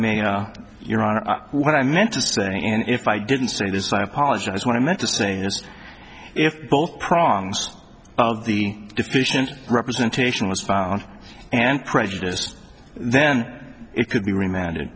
may your honor what i meant to say and if i didn't say this i apologize what i meant to say is if both prongs of the deficient representation was found and prejudice then it could be remanded